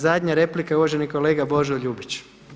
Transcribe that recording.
Zadnja replika je uvaženi kolega Božo Ljubić.